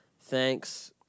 Thanks